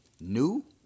new